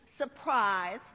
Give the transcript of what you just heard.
surprise